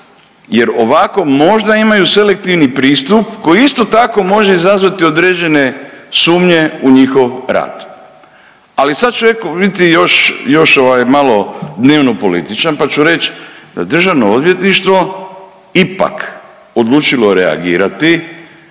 jer ovako možda imaju selektivni pristup koji isto tako može izazvati određene sumnje u njihov rad. Ali sad ću biti još, još ovaj malo dnevno političan, pa ću reć državno odvjetništvo ipak je odlučilo reagirati